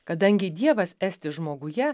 kadangi dievas esti žmoguje